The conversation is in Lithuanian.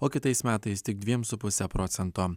o kitais metais tik dviem su puse procento